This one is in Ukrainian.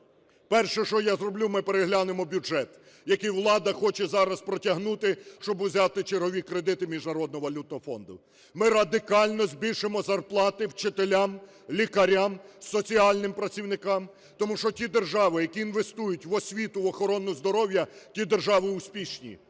перше, що я зроблю – ми переглянемо бюджет, який влада хоче зараз протягнути, щоб узяти чергові кредити Міжнародного валютного фонду – ми радикально збільшимо зарплати вчителям, лікарям, соціальним працівникам, тому що ті держави, які інвестують в освіту, в охорону здоров'я, ті держави успішні.